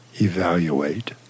Evaluate